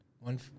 one